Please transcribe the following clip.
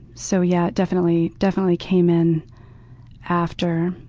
so yeah, it definitely definitely came in after.